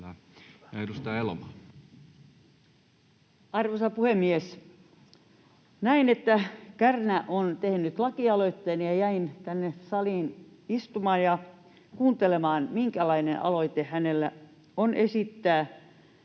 Arvoisa puhemies! Näin, että Kärnä on tehnyt lakialoitteen, ja jäin tänne saliin istumaan ja kuuntelemaan, minkälainen aloite hänellä on esittää.